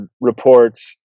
reports